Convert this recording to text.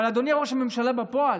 אבל אדוני ראש הממשלה בפועל,